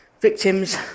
Victims